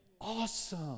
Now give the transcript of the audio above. Awesome